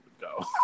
go